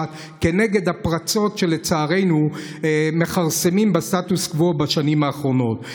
מהפרצות שלצערנו מכרסמות בסטטוס קוו בשנים האחרונות.